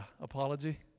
apology